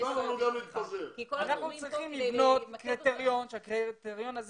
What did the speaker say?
אנחנו צריכים לבנות קריטריון והקריטריון הזה